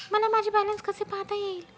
मला माझे बॅलन्स कसे पाहता येईल?